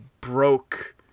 broke